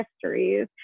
histories